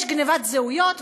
יש גנבת זהויות,